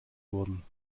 wurden